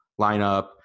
lineup